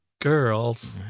girls